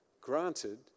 granted